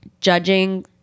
judging